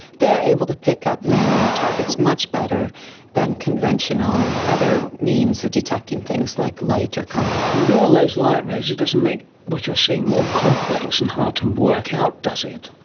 they are able to pick up man-made targets much better than conventional other means of detecting things like light or colour. with all those light rays it doesn't make what you're seeing more complex and hard to work out, does it?